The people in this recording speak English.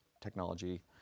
technology